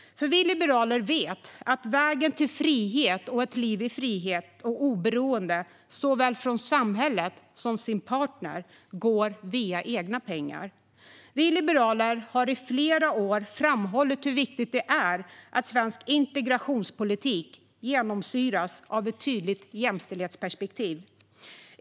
För vi liberaler vet att vägen till frihet och ett liv i frihet och oberoende av såväl samhället som sin partner går via egna pengar. Vi liberaler har i flera år framhållit hur viktigt det är att svensk integrationspolitik genomsyras av ett tydligt jämställdhetsperspektiv.